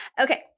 Okay